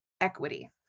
equity